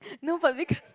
no but becau~